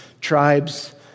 tribes